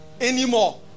anymore